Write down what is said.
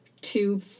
two